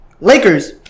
Lakers